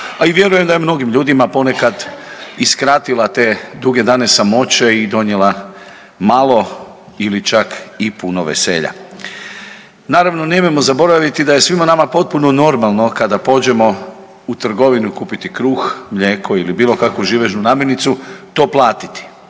a i vjerujem da je mnogim ljudima ponekad i skratila te duge dane samoće i donijela malo ili čak i puno veselja. Naravno nemojmo zaboraviti da je svima nama potpuno normalno kada pođemo u trgovinu kupiti kruh, mlijeko ili bilo kakvu živežnu namirnicu to platiti.